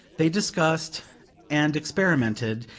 they discussed and experimented,